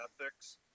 Ethics